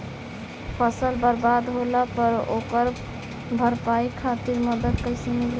फसल बर्बाद होला पर ओकर भरपाई खातिर मदद कइसे मिली?